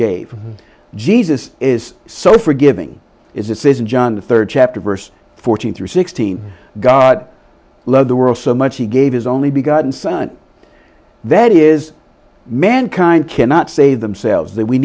gave jesus is so forgiving is it says in john the third chapter verse forty three sixteen god loved the world so much he gave his only begotten son that is mankind cannot save themselves that we